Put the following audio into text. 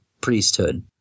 priesthood